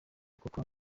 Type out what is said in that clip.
kuko